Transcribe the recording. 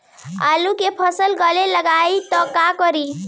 आलू के फ़सल गले लागी त का करी?